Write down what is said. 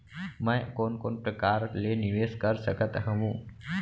मैं कोन कोन प्रकार ले निवेश कर सकत हओं?